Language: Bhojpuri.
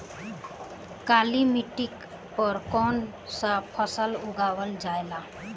काली मिट्टी पर कौन सा फ़सल उगावल जाला?